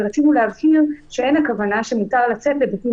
ורצינו להבהיר שאין הכוונה שמותר לצאת לבתים